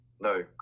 No